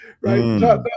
right